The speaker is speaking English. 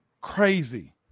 crazy